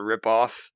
ripoff